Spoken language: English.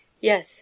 Yes